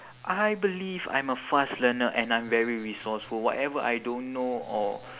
I believe I'm a fast learner and I'm very resourceful whatever I don't know or